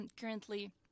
currently